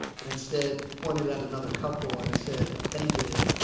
but instead pointed at another couple and said, they did it.